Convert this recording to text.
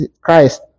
Christ